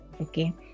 okay